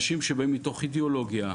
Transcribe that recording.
אנשים שבאים מתוך אידיאולוגיה.